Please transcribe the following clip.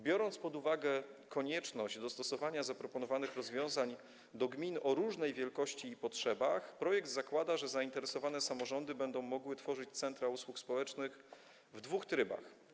Biorąc pod uwagę konieczność dostosowania zaproponowanych rozwiązań do gmin o różnej wielkości i potrzebach, projekt zakłada, że zainteresowane samorządy będą mogły tworzyć centra usług społecznych w dwóch trybach.